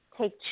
Take